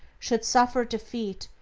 should suffer defeat,